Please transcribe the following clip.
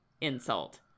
insult